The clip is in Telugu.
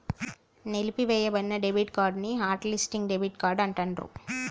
నిలిపివేయబడిన డెబిట్ కార్డ్ ని హాట్ లిస్టింగ్ డెబిట్ కార్డ్ అంటాండ్రు